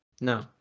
No